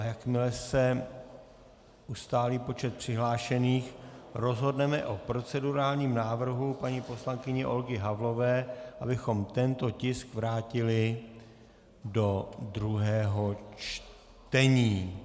Jakmile se ustálí počet přihlášených, rozhodneme o procedurálním návrhu paní poslankyně Olgy Havlové, abychom tento tisk vrátili do druhého čtení.